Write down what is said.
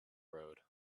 road